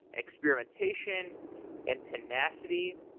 experimentation and tenacity.